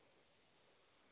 शाम को आठ बजे तक